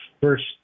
first